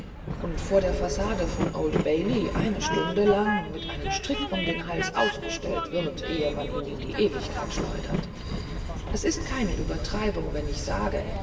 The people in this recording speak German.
und vor der fassade von old bailey eine stunde lang mit einem strick um den hals ausgestellt wird ehe man ihn in die ewigkeit schleudert es ist keine übertreibung wenn ich sage